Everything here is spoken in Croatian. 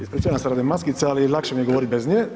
Ispričavam se radi maskica, ali lakše mi je govoriti bez nje.